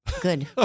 good